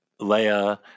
Leia